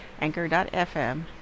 Anchor.fm